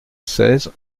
seize